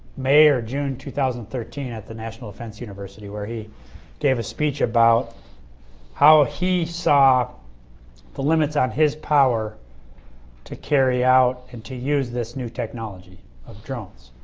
may or june two thousand and thirteen at the national defense university where he gave a speech about how he saw the limits on his power to carry out and to use this new technology of drones.